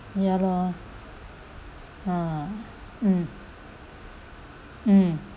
ya lor ha mm mm